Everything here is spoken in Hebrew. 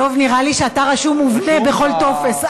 באופן מובנה בכל טופס.